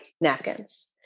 napkins